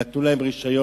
ונתנו להם רשיון